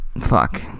Fuck